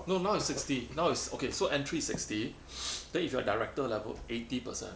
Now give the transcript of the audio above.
no now is sixty now is okay so entry sixty then if you are director level eighty percent